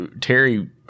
Terry